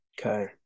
Okay